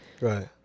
Right